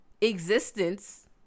existence